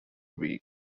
weak